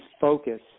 focus